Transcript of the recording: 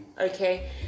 Okay